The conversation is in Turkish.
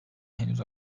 henüz